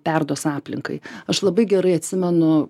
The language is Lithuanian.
perduos aplinkai aš labai gerai atsimenu